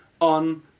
on